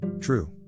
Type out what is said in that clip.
True